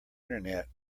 internet